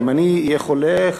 אם אני אהיה חולה,